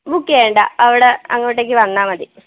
ബുക്കിയ്യേണ്ട അവിടെ അങ്ങോട്ടേക്കു വന്നാല് മതി